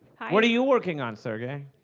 what are you working on, sergey?